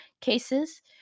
cases